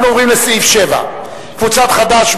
אנחנו עוברים לסעיף 7. קבוצת חד"ש,